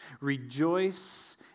Rejoice